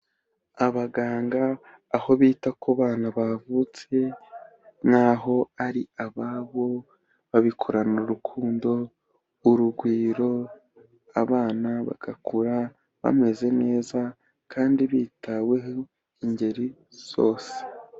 Abaganga aho bita ku bana bavutse nkaho ari ababo babikorana urukundo, urugwiro. Abana bagakura bameze neza kandi bitaweho ingeri zose.